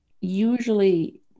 usually